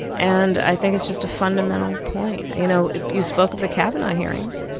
and i think it's just a fundamental point. you know, you spoke of the kavanaugh hearings.